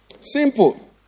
Simple